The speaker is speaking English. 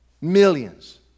Millions